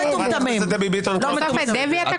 --- חברת הכנסת דבי ביטון אני קורא אותך לסדר.